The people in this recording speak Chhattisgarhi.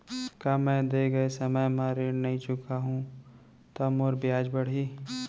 का मैं दे गए समय म ऋण नई चुकाहूँ त मोर ब्याज बाड़ही?